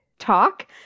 Talk